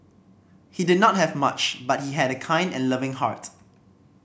he did not have much but he had a kind and loving heart